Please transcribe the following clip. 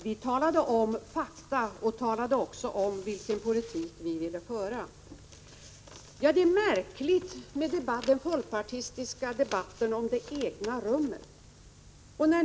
Vi talade om fakta, och vi talade om vilken politik vi ville föra. Den folkpartistiska debatten om det egna rummet är märklig.